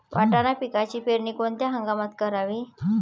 वाटाणा पिकाची पेरणी कोणत्या हंगामात करावी?